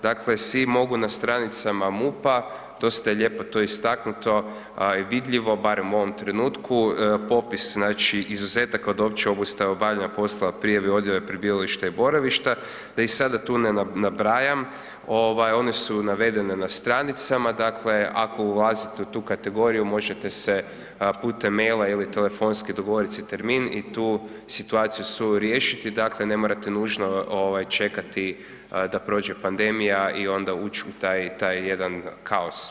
Dakle, svi mogu na stranicama MUP-a, dosta je lijepo to istaknuto i vidljivo, barem u ovom trenutku, popis izuzetaka od opće obustave obavljanja poslova prijave/odjave prebivalište i boravišta, da ih sada tu ne nabrajam, one su navedene na stranicama, dakle ako ulazite u tu kategoriju možete se putem maila ili telefonski dogovoriti si termin i tu situaciju suriješiti, dakle ne morate nužno ovaj čekati da prođe pandemija i onda ući u taj jedan kaos.